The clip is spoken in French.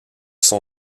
son